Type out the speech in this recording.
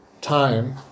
time